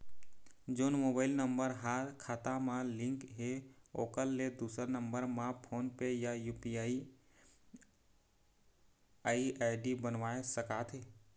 जोन mobile number हा खाता मा लिन्क हे ओकर ले दुसर नंबर मा फोन पे या यू.पी.आई आई.डी बनवाए सका थे?